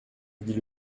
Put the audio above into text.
dit